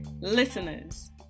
Listeners